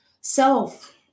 self